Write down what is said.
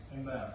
amen